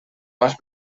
más